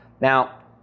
Now